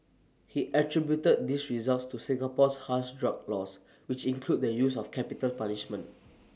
he attributed these results to Singapore's harsh drug laws which include the use of capital punishment